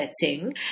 setting